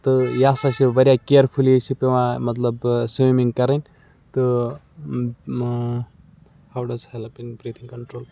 تہٕ یہِ ہَسا چھِ واریاہ کِیَرفُلی چھِ پٮ۪وان مطلب سِومِنٛگ کَرٕنۍ تہٕ how does help in breathing control